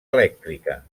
elèctrica